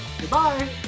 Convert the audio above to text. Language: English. Goodbye